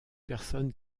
personne